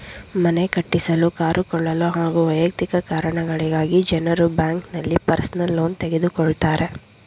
ಮನೆ ಕಟ್ಟಿಸಲು ಕಾರು ಕೊಳ್ಳಲು ಹಾಗೂ ವೈಯಕ್ತಿಕ ಕಾರಣಗಳಿಗಾಗಿ ಜನರು ಬ್ಯಾಂಕ್ನಲ್ಲಿ ಪರ್ಸನಲ್ ಲೋನ್ ತೆಗೆದುಕೊಳ್ಳುತ್ತಾರೆ